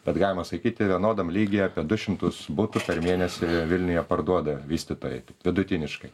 bet galima sakyti vienodam lygyje apie du šimtus butų per mėnesį vilniuje parduoda vystytojai vidutiniškai